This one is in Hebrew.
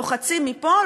לוחצים מפה,